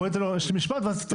בוא ניתן לו להשלים משפט ואז.